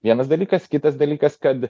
vienas dalykas kitas dalykas kad